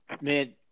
Man